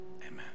Amen